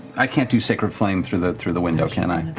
i can't do sacred flame through the through the window, can i?